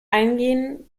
eingehen